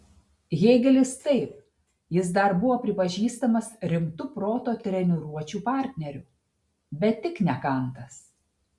hėgelis taip jis dar buvo pripažįstamas rimtu proto treniruočių partneriu bet tik ne kantas